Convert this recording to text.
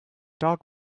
dog